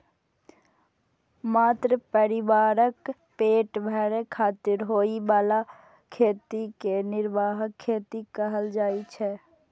मात्र परिवारक पेट भरै खातिर होइ बला खेती कें निर्वाह खेती कहल जाइ छै